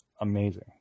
amazing